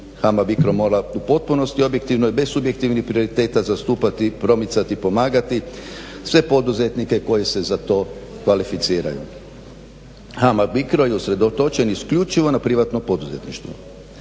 HAMAG BICRO mora u potpunosti objektivno i bez subjektivnih prioriteta zastupati, promicati i pomagati sve poduzetnike koje se za to kvalificiraju. HAMAG BICRO je usredotočen isključivo na privatno poduzetništvo.